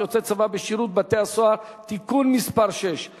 (הצבת יוצאי צבא בשירות בתי-הסוהר) (תיקון מס' 6),